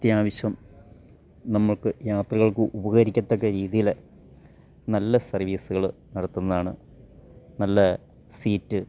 അത്യാവശ്യം നമുക്ക് യാത്രകൾക്ക് ഉപകരിക്കത്തക്ക രീതീൽ നല്ല സർവ്വീസ്കൾ നടത്തുന്നതാണ് നല്ല സീറ്റ്